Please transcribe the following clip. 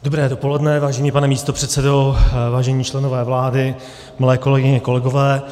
Dobré dopoledne, vážený pane místopředsedo, vážení členové vlády, milé kolegyně, kolegové.